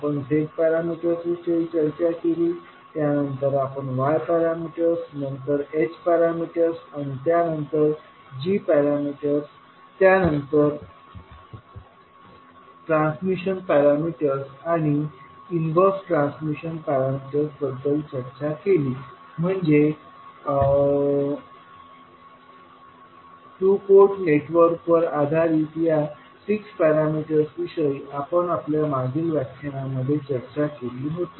आपण z parameters विषयी चर्चा केली त्यानंतर आपण y पॅरामीटर्स नंतर h पॅरामीटर्स त्यानंतर g पॅरामीटर्स त्यानंतर ट्रान्समिशन पॅरामीटर्स आणि इनव्हर्स ट्रान्समिशन पॅरामीटर्स बद्दल चर्चा केली म्हणजे टू पोर्ट नेटवर्कवर आधारित ह्या 6 पॅरामीटर्स विषयी आपण आपल्या मागील व्याख्यानांमध्ये चर्चा केली होती